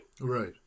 Right